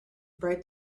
bright